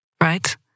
right